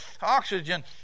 Oxygen